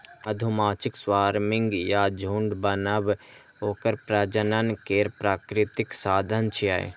मधुमाछीक स्वार्मिंग या झुंड बनब ओकर प्रजनन केर प्राकृतिक साधन छियै